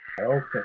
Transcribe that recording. Okay